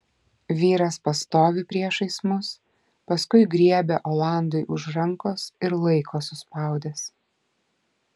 vyras pastovi priešais mus paskui griebia olandui už rankos ir laiko suspaudęs